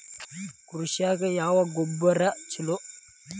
ಕೃಷಿಗ ಯಾವ ಗೊಬ್ರಾ ಛಲೋ?